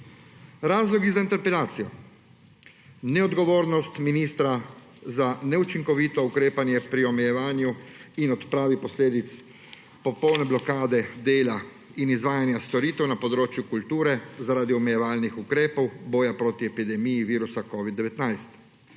Razlogi za interpelacijo: neodgovornost ministra za neučinkovito ukrepanje pri omejevanju in odpravi posledic popolne blokade dela in izvajanja storitev na področju kulture zaradi omejevalnih ukrepov boja proti epidemije virusa covid-19,